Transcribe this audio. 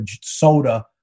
soda